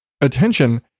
attention